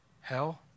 hell